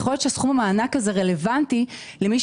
יכול להיות שסכום המענק הזה רלוונטי למי